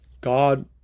God